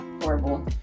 horrible